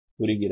புரிகிறதா